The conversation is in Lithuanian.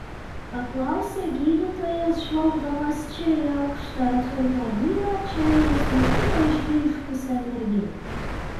paklausė gydytojas žvelgdamas čia į aukštą tvirtą vyrą čia į smulkutę išblyškusią merginą